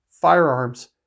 firearms